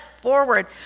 forward